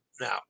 Now